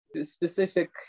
Specific